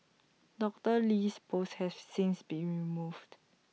Doctor Lee's post has since been removed